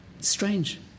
strange